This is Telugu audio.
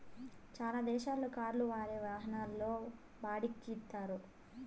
చాలా దేశాల్లో కార్లు వేరే వాహనాల్లో బాడిక్కి ఇత్తారు